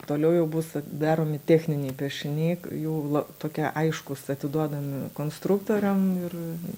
toliau jau bus daromi techniniai piešiniai jau la tokie aiškūs atiduodami konstruktoriam ir